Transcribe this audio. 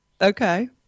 okay